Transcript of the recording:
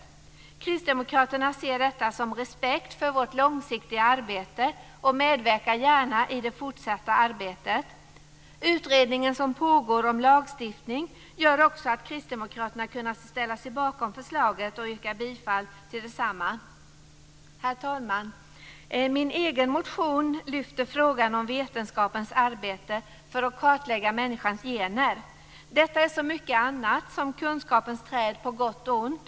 Kristdemokraterna ser detta som respekt för vårt långsiktiga arbete och medverkar gärna i det fortsatta arbetet. Utredningen som pågår om lagstiftning gör också att kristdemokraterna har kunnat ställa sig bakom förslaget, och vi yrkar bifall till detsamma. Herr talman! Min egen motion lyfter fram frågan om vetenskapens arbete för att kartlägga människans gener. Detta är, som mycket annat på kunskapens träd, på gott och ont.